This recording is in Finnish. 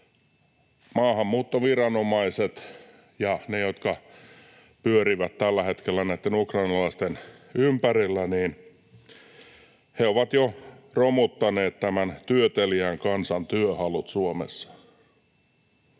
maahanmuuttoviranomaiset ja ne, jotka pyörivät tällä hetkellä näitten ukrainalaisten ympärillä, ovat jo romuttaneet tämän työteliään kansan työhalut Suomessa.